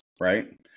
right